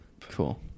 Cool